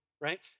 right